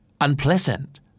Unpleasant